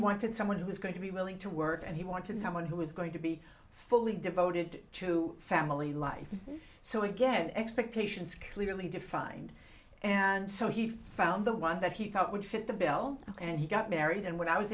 wanted someone who's going to be willing to work and he wanted someone who was going to be fully devoted to family life so again expectations clearly defined and so he found the one that he thought would fit the bill and he got married and when i was